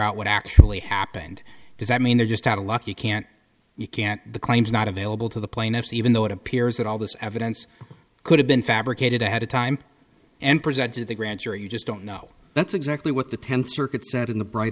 out what actually happened does that mean they're just out of luck you can't you can't the claims not available to the plaintiffs even though it appears that all this evidence could have been fabricated ahead of time and presented to the grand jury you just don't know that's exactly what the tenth circuit said in the bright